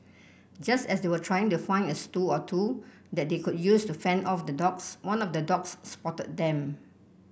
just as they were trying to find a or two that they could use to fend off the dogs one of the dogs spotted them